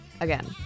Again